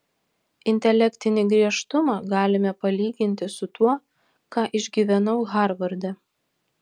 intelektinį griežtumą galime palyginti su tuo ką išgyvenau harvarde